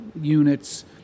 units